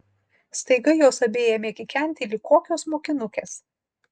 staiga jos abi ėmė kikenti lyg kokios mokinukės